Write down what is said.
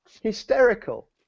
hysterical